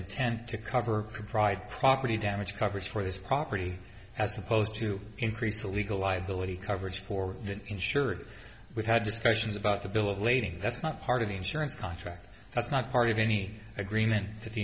it tend to cover the pride property damage coverage for his property as opposed to increase the legal liability coverage for the insurer we've had discussions about the bill of lading that's not part of the insurance contract that's not part of any agreement that the